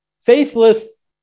Faithless